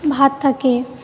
ভাত থাকে